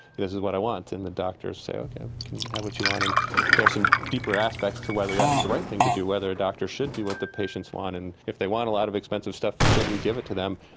this is what i want and the doctors say, okay, you can have what you want. and there are some deeper aspects to whether that's the right thing to do, whether a doctor should do what the patients want, and if they want a lot of expensive stuff should we give it to them?